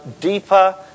deeper